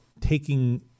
taking